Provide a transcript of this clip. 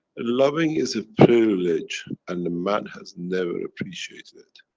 and loving is a privilege, and the man has never appreciated it.